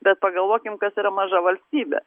bet pagalvokim kas yra maža valstybė